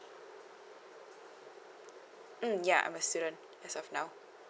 mm ya I'm a student as of now